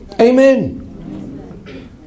Amen